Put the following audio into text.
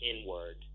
inward